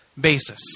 basis